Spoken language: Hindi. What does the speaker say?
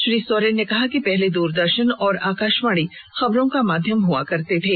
श्री सोरेन ने कहा कि पहले दूरदर्शन और आकाशवाणी खबरों का माध्यम हुआ करते थे